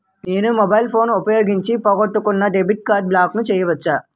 నేను mobile phone ఉపయోగించి పోగొట్టుకున్న డెబిట్ కార్డ్ని బ్లాక్ చేయవచ్చా?